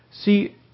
See